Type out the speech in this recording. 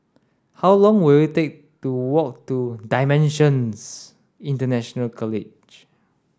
how long will it take to walk to DIMENSIONS International College